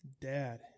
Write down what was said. Dad